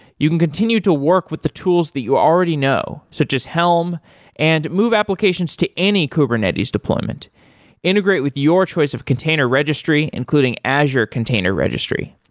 you can continue to work with the tools that you already know, so just helm and move applications to any kubernetes deployment integrate with your choice of container registry, including azure container registry.